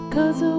Cause